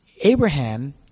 Abraham